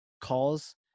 calls